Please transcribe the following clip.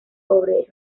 obrero